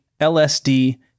LSD